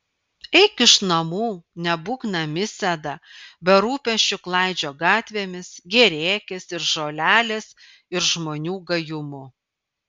eik iš namų nebūk namisėda be rūpesčių klaidžiok gatvėmis gėrėkis ir žolelės ir žmonių gajumu